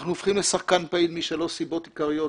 אנחנו הופכים לשחקן פעיל משלוש סיבות עיקריות.